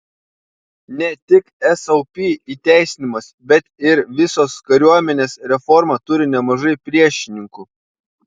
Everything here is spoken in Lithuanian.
ne tik sop įteisinimas bet ir visos kariuomenės reforma turi nemažai priešininkų